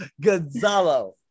Gonzalo